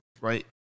Right